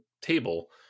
table